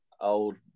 old